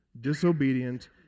disobedient